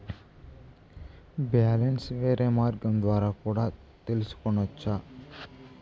Balance వేరే మార్గం ద్వారా కూడా తెలుసుకొనొచ్చా?